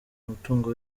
umutungo